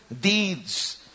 deeds